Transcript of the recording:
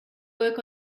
work